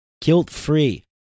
guilt-free